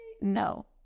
No